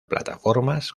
plataformas